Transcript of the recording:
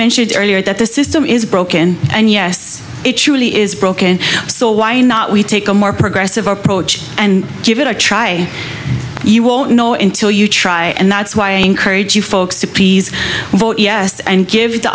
mentioned earlier that the system is broken and yes it surely is broken so why not we take a more progressive approach and give it a try you won't know until you try and that's why i encourage you folks to please vote yes and give the